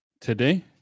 today